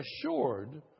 assured